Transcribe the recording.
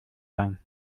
sein